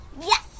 Yes